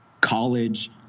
college